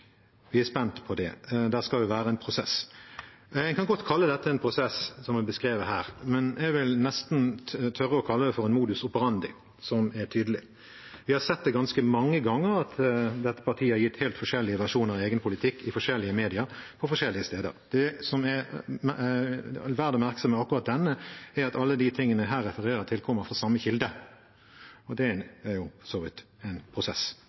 er spent på det, for det skal jo være en prosess. Jeg kan godt kalle det som er beskrevet her, en prosess, men jeg vil nesten tørre å kalle det en modus operandi som er tydelig. Vi har sett ganske mange ganger at dette partiet har gitt helt forskjellige versjoner av egen politikk i forskjellige media og forskjellige steder. Det som er verdt å merke seg med akkurat denne, er at alt det refereres til, kommer fra samme kilde – og det er for så vidt en prosess